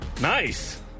Nice